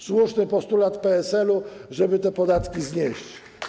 Słuszny jest postulat PSL, żeby te podatki znieść.